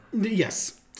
Yes